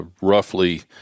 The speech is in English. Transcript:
roughly